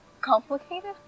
Complicated